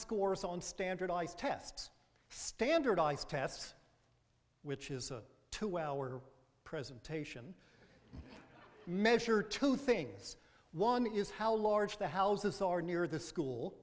scores on standardized tests standardized tests which is a two hour presentation measure two things one is how large the houses are near the school